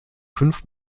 fünf